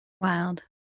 Wild